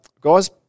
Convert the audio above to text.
Guys